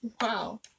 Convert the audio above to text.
Wow